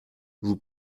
vous